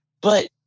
but-